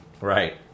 Right